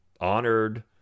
Honored